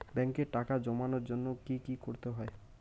ব্যাংকে টাকা জমানোর জন্য কি কি করতে হয়?